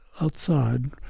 outside